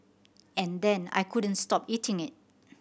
and then I couldn't stop eating it